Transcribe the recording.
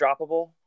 droppable